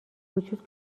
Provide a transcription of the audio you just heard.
وجود